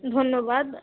ধন্যবাদ